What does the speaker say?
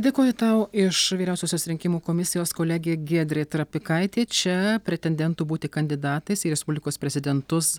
dėkoju tau iš vyriausiosios rinkimų komisijos kolegė giedrė trapikaitė čia pretendentų būti kandidatais į respublikos prezidentus